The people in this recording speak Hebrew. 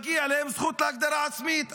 מגיעה להם זכות להגדרה עצמית.